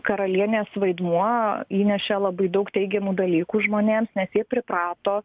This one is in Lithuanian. karalienės vaidmuo įnešė labai daug teigiamų dalykų žmonėms nes jie priprato